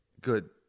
Good